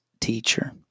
teacher